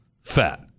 fat